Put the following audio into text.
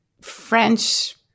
French